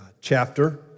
chapter